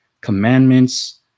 commandments